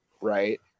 Right